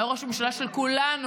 הוא היה ראש הממשלה של כולנו,